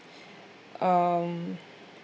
um